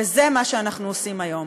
וזה מה שאנחנו עושים היום.